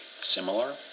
similar